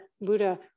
Buddha